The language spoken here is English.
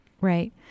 Right